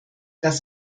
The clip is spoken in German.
das